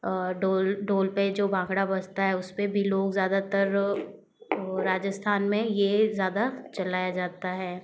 और ढोल ढोल पर जो भांगड़ा बजता है उसपे भी लोग ज़्यादातर राजस्थान में यह ज़्यादा चलाया जाता है